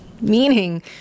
Meaning